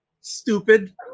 Stupid